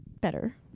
Better